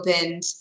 opened